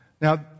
Now